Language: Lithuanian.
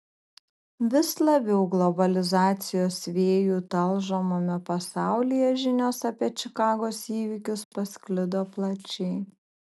vis labiau globalizacijos vėjų talžomame pasaulyje žinios apie čikagos įvykius pasklido plačiai